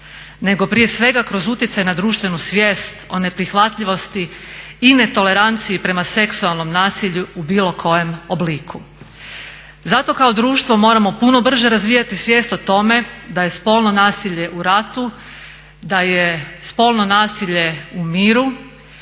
nego prije svega kroz utjecaj na društvenu svijest o neprihvatljivosti i netoleranciji prema seksualnom nasilju u bilo kojem obliku. Zato kao društvo moramo puno brže razvijati svijest o tome da je spolno nasilje u ratu, da je spolno nasilje u miru